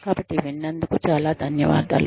కాబట్టి విన్నందుకు చాలా ధన్యవాదాలు